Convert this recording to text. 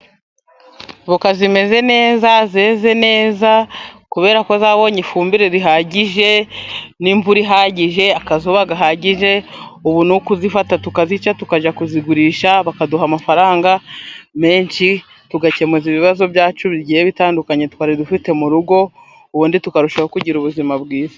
Voka zimeze neza, zeze neza, kubera ko zabonye ifumbire bihagije n'imvura ihagije, akazuba gahagije, ubu ni ukuzifata tukazica tukajya kuzigurisha, bakaduha amafaranga menshi, tugakemura ibibazo byacu bigiye bitandukanye twari dufite mu rugo. Ubundi tukarushaho kugira ubuzima bwiza